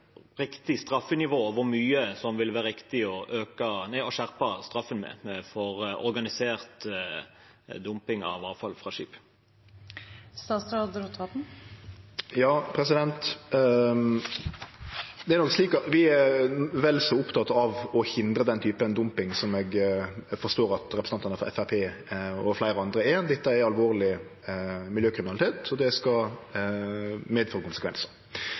vil være riktig å skjerpe straffen med for organisert dumping av avfall fra skip. Vi er vel så opptekne av å hindre den typen dumping som eg forstår at representantane frå Framstegspartiet og fleire andre er. Dette er alvorleg miljøkriminalitet, og det skal